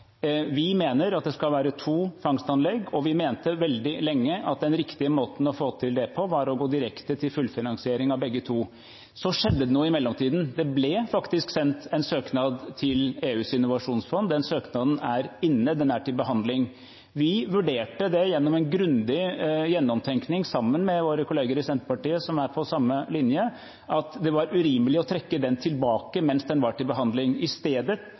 vi mener at det skal være to fangstanlegg, og vi mente veldig lenge at den riktige måten å få til det på var å gå direkte til fullfinansiering av begge to. Så skjedde det noe i mellomtiden: Det ble faktisk sendt en søknad til EUs innovasjonsfond. Den søknaden er inne, den er til behandling. Vi vurderte – gjennom en grundig gjennomtenkning sammen med våre kolleger i Senterpartiet, som er på samme linje – at det var urimelig å trekke den tilbake mens den var til behandling. I stedet